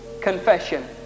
confession